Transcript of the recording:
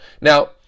Now